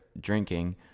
Drinking